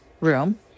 room